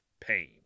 pain